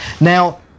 Now